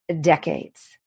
decades